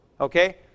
Okay